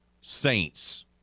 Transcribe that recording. Saints